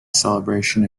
celebration